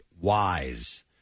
wise